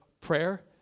prayer